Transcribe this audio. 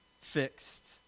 fixed